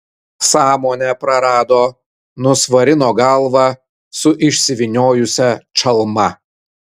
sąmonę prarado nusvarino galvą su išsivyniojusia čalma